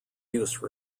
use